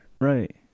Right